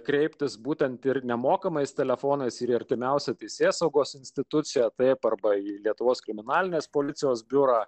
kreiptis būtent ir nemokamais telefonais ir į artimiausią teisėsaugos instituciją taip arba į lietuvos kriminalinės policijos biurą